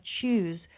choose